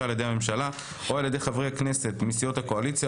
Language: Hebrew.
על-ידי הממשלה או על-ידי חברי כנסת מסיעות הקואליציה,